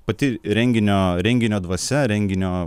pati renginio renginio dvasia renginio